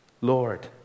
Lord